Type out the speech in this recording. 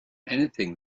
anything